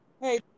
Hey